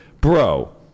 bro